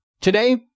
Today